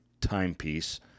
timepiece